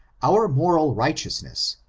our moral righteous ness,